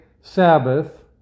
Sabbath